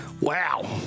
Wow